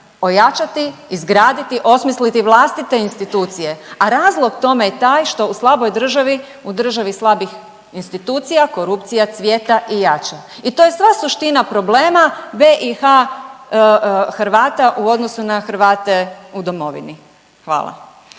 ojačati, izgraditi, osmisliti vlastite institucije, a razlog tome je taj što u slaboj državi u državi slabih institucija korupcija cvjeta i jača. I to je sva suština problema BiH Hrvata u odnosu na Hrvate u domovini. Hvala.